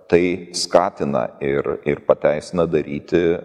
tai skatina ir ir pateisina daryti